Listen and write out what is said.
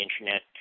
Internet